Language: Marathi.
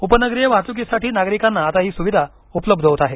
उपनगरीय वाहतुकीसाठी नागरिकांना आता ही सुविधा उपलब्ध होत आहे